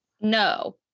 No